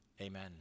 Amen